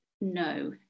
No